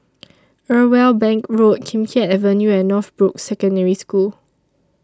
Irwell Bank Road Kim Keat Avenue and Northbrooks Secondary School